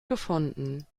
gefunden